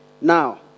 Now